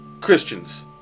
Christians